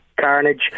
carnage